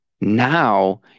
Now